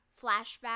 flashback